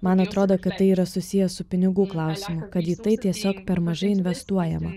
man atrodo kad tai yra susiję su pinigų klausimu kad į tai tiesiog per mažai investuojama